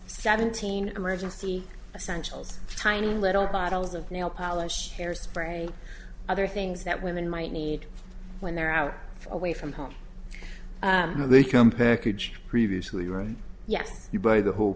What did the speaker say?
seventeen emergency essential tiny little bottles of nail polish hair spray other things that women might need when they're out away from home you know they come packaged previously room yes you buy the who